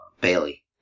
Bailey